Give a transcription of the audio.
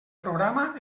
programa